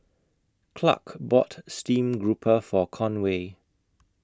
Clark bought Stream Grouper For Conway